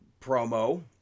promo